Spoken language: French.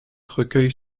recueille